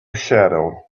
shadow